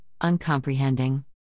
uncomprehending